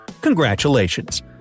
congratulations